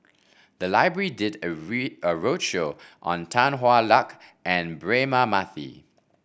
the library did a a roadshow on Tan Hwa Luck and Braema Mathi